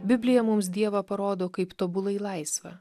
biblija mums dievą parodo kaip tobulai laisvą